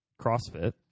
CrossFit